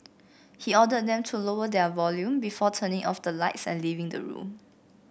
he ordered them to lower their volume before turning off the lights and leaving the room